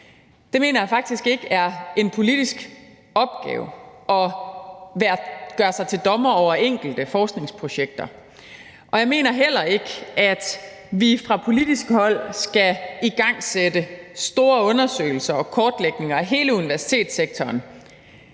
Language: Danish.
Jeg mener faktisk ikke, det er en politisk opgave at gøre sig til dommer over enkelte forskningsprojekter. Og jeg mener heller ikke, at vi fra politisk hold skal igangsætte store undersøgelser og kortlægninger af hele universitetssektoren.